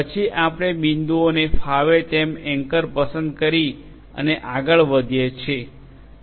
પછી આપણે બિંદુઓને ફાવે તેમ એન્કરપસંદ કરી અને આગળ વઘીએ છીએ